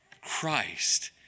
Christ